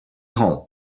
home